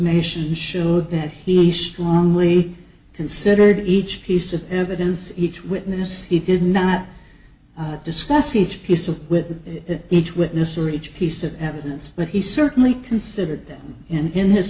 submissions showed that he strongly considered each piece of evidence each witness he did not discuss each piece of with each witness or each piece of evidence but he certainly considered them and